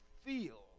feel